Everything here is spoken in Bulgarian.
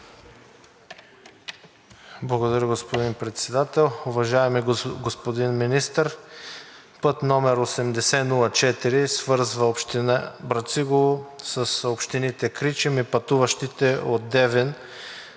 Благодаря, господин Председател. Уважаеми господин Министър, път № 8004 свързва община Брацигово с общините Кричим и пътуващите от Девин